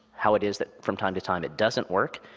how it is that from time to time it doesn't work,